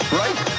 right